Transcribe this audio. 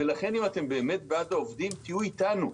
ולכן אם אתם באמת בעד העובדים, תהיו איתנו.